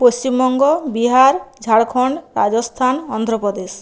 Paschimbanga Bihar Jharkhand Rajasthan Andhra Pradesh